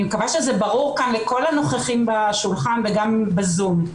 אני מקווה שזה ברור כאן לכל הנוכחים סביב השולחן וגם בזום.